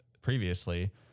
previously